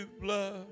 blood